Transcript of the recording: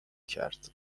کرد